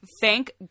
Thank